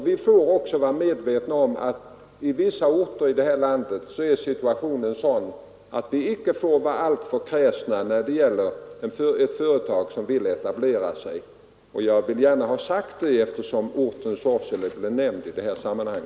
Vi får också vara medvetna om att i vissa orter här i landet är situationen sådan att vi icke får vara alltför kräsna när det gäller ett företag som vill etablera sig. Jag vill gärna ha sagt det, eftersom orten Sorsele nämndes i detta sammanhang.